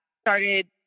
started